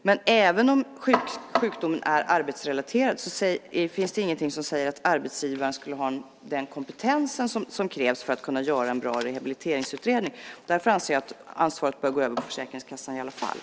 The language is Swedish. Men även om sjukdomen är arbetsrelaterad finns det ingenting som säger att arbetsgivaren skulle ha den kompetens som krävs för att kunna göra en bra rehabiliteringsutredning. Därför anser jag att ansvaret bör gå över till Försäkringskassan i alla fall.